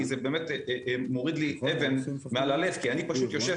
כי זה באמת מוריד לי אבן מעל הלב כי אני פשוט יושב